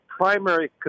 primary